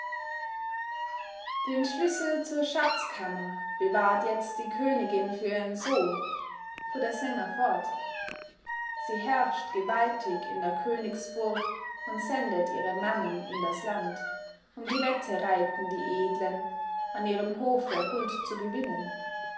den schlüssel zur schatzkammer bewahrt jetzt die königin für ihren sohn fuhr der sänger fort sie herrscht gewaltig in der königsburg und sendet ihre mannen in das land um die wette reiten die edlen an ihrem hofe huld zu gewinnen